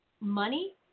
money